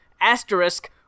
asterisk